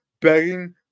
begging